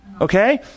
Okay